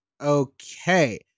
okay